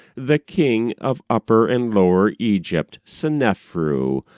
the king of upper and lower egypt, seneferu,